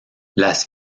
las